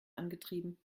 angetrieben